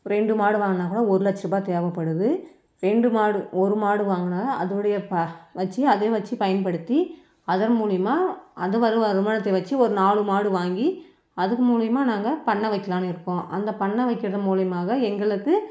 ரெண்டு மாடு வாங்குனாக்கூட ஒரு லட்ச ரூபாய் தேவைப்படுது ரெண்டு மாடு ஒரு மாடு வாங்குனால் அதனுடைய ப வச்சு அதையும் வச்சு பயன்படுத்தி அதன் முலிமா அது வர வருமானத்தை வச்சு ஒரு நாலு மாடு வாங்கி அது மூலிமா நாங்கள் பண்ண வைக்கலாம்னு இருக்கோம் அந்த பண்ண வைக்கிறது மூலயமாக எங்களுக்கு